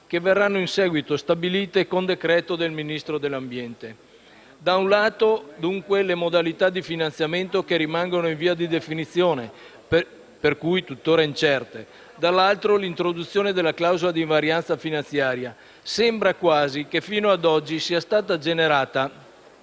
che verranno in seguito stabilite con decreto del Ministro dell'ambiente. Da un lato, dunque, le modalità di finanziamento che rimangono in via di definizione, per cui tuttora incerte, dall'altro l'introduzione della clausola di invarianza finanziaria. Sembra quasi che fino ad oggi sia stata generata